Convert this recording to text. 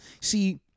See